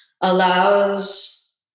allows